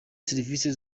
serivisi